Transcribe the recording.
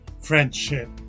friendship